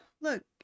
look